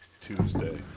Tuesday